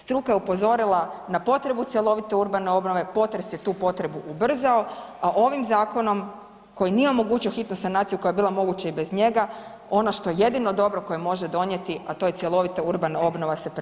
Struka je upozorila na potrebu cjelovite urbane obnove, potres je tu potrebu ubrzao, a ovim zakonom koji nije omogućio hitnu sanaciju koja je bila moguće i bez njega ono što jedino dobro koje može donijeti, a to je cjelovita urbana obnova se preskače.